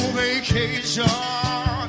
vacation